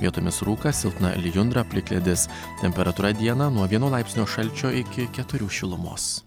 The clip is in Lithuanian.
vietomis rūkas silpna lijundra plikledis temperatūra dieną nuo vieno laipsnio šalčio iki keturių šilumos